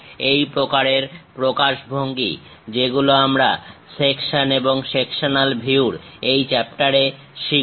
এই প্রকারের প্রকাশভঙ্গি যেগুলো আমরা সেকশন এবং সেকশনাল ভিউর এই চ্যাপ্টার এ আমরা শিখব